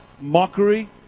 mockery